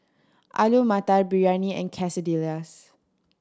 Alu Matar Biryani and Quesadillas